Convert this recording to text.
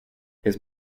his